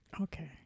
Okay